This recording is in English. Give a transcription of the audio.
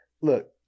Look